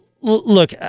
look